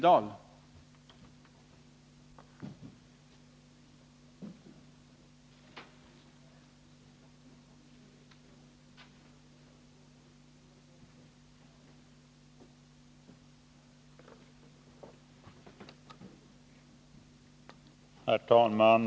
Herr talman!